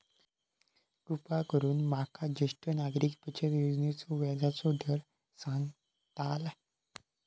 कृपा करून माका ज्येष्ठ नागरिक बचत योजनेचो व्याजचो दर सांगताल